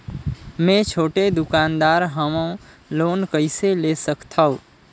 मे छोटे दुकानदार हवं लोन कइसे ले सकथव?